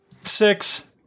Six